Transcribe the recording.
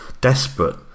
Desperate